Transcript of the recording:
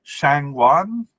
Shangwan